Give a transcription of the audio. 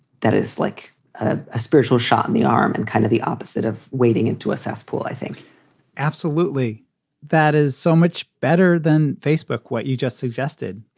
that is like ah a spiritual shot in the arm and kind of the opposite of wading into a cesspool. i think absolutely that is so much better than facebook, what you just suggested.